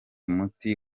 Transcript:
muti